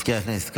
מזכיר הכנסת,